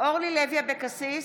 אורלי לוי אבקסיס,